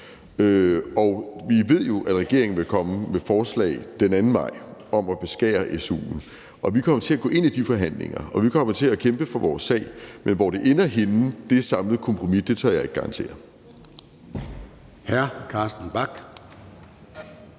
Vi ved jo, at regeringen vil komme med forslag den anden vej om at beskære su'en, og vi kommer til at gå ind i de forhandlinger, og vi kommer til at kæmpe for vores sag, men hvor det samlede kompromis ender henne, tør jeg ikke garantere.